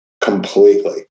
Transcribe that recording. completely